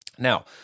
Now